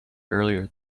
earlier